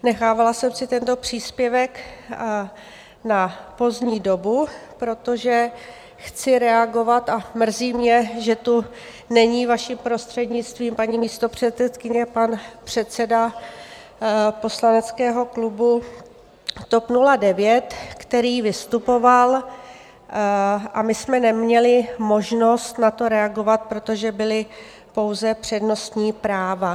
Nechávala jsem si tento příspěvek na pozdní dobu, protože chci reagovat, a mrzí mě, že tu není, vaší prostřednictvím, paní místopředsedkyně, pan předseda poslaneckého klubu TOP 09, který vystupoval, a my jsme neměli možnost na to reagovat, protože byla pouze přednostní práva.